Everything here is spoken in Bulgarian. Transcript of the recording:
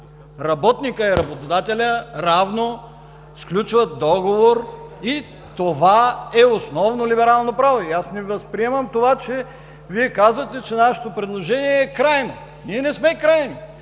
Работникът и работодателят равно сключват договор и това е основно либерално право. Не възприемам това – Вие казвате, че нашето предложение е крайно. Ние не сме крайни.